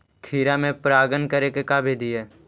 खिरा मे परागण करे के का बिधि है?